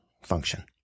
function